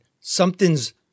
something's